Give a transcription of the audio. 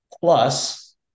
plus